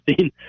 seen